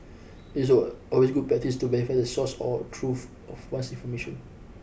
it's always good practice to verify the source or truth of one's information